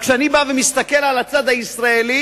אבל כשאני בא ומסתכל על הצד הישראלי,